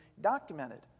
documented